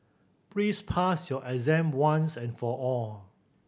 please pass your exam once and for all